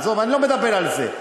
עזוב, אני לא מדבר על זה.